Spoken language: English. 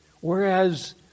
Whereas